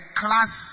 class